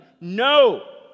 no